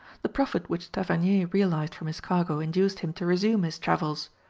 the profit which tavernier realized from his cargo induced him to resume his travels.